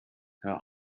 her